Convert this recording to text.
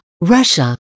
Russia